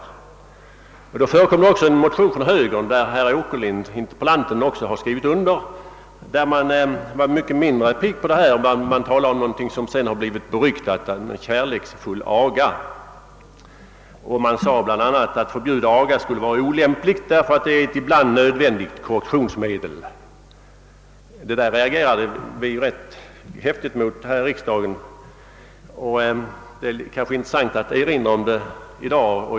Vid det aktuella tillfället förelåg dock också en högermotion, underskriven av bland andra interpellanten herr Åkerlind, av vilken framgick att man egentligen inte var särskilt pigg på att förhindra aga utan talade om något som sedermera blivit beryktat, nämligen »kärleksfull aga». Att förbjuda aga skulle vara olämpligt »därför att den är ett ibland nödvändigt korrektionsmedel», uttalade motionärerna. Detta uttalande reagerade vi rätt kraftigt mot här i riksdagen, och det kan vara av intresse att nu erinra om det.